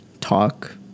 talk